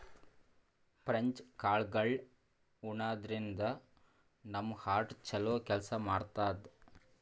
French ಕಾಳ್ಗಳ್ ಉಣಾದ್ರಿನ್ದ ನಮ್ ಹಾರ್ಟ್ ಛಲೋ ಕೆಲ್ಸ್ ಮಾಡ್ತದ್